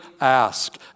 ask